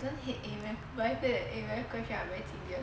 don't hate A math but I feel like A math question are very tedious